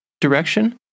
direction